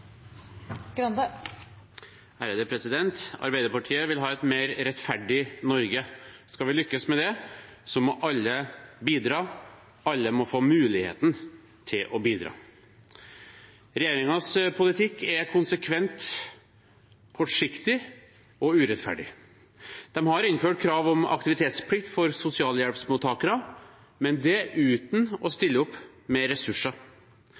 Arbeiderpartiet vil ha et mer rettferdig Norge. Skal vi lykkes med det, må alle bidra – alle må få muligheten til å bidra. Regjeringens politikk er konsekvent kortsiktig og urettferdig. De har innført krav om aktivitetsplikt for sosialhjelpsmottakere, men uten å stille opp med ressurser.